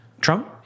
Trump